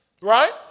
Right